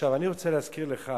אני רוצה להזכיר לך